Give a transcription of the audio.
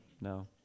No